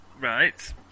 Right